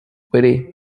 witty